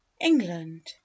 ENGLAND